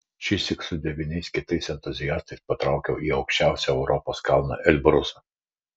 šįsyk su devyniais kitais entuziastais patraukiau į aukščiausią europos kalną elbrusą